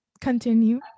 Continue